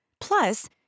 Plus